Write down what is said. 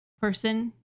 person